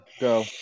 go